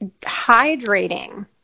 hydrating